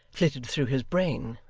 flitted through his brain.